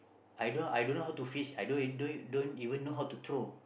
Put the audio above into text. I don't know I don't know how to face I don't don't don't even know how to throw